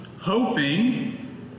hoping